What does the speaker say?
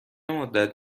مدت